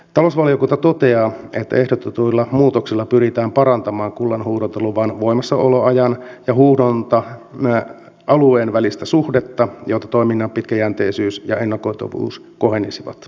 talousvaliokunta toteaa että ehdotetuilla muutoksilla pyritään parantamaan kullanhuuhdontaluvan voimassaoloajan ja huuhdonta alueen välistä suhdetta jotta toiminnan pitkäjänteisyys ja ennakoitavuus kohenisivat